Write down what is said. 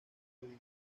dibujo